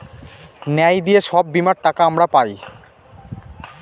ন্যায় দিয়ে সব বীমার টাকা আমরা পায়